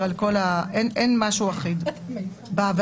האם מישהו מחברי הכנסת מבקש להעיר הערה